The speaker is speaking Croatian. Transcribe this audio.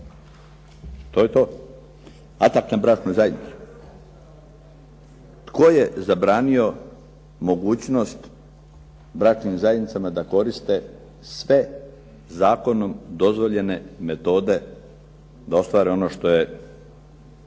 To je to. Atak na bračnu zajednicu. Tko je zabranio mogućnost bračnim zajednicama da koriste sve zakonom dozvoljene metode, da ostvare ono što je